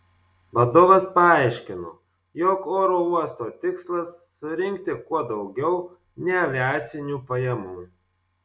vadovas paaiškino jog oro uosto tikslas surinkti kuo daugiau neaviacinių pajamų